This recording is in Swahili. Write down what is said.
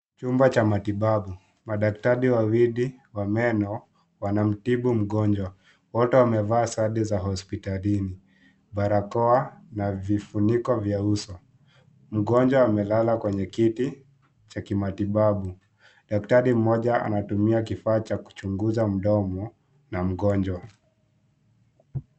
Chumba cha matibabu. Madaktari wawili wa meno wanamtibu mgonjwa. Wote wamevaa sare za hospitalini; barakoa na vifuniko vya uso. Mgonjwa amelala kwenye kiti cha kimatibabu. Daktari mmoja anatumia kifaa cha kuchunguza mdomo ya mgonjwa.